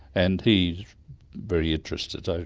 and he's very interested. so